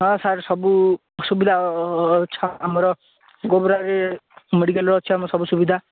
ହଁ ସାର ସବୁ ସୁବିଧା ଅଛି ଆମର ଗୋବର ରେ ମେଡ଼ିକାଲ ଅଛି ଆମର ସବୁ ସୁବିଧା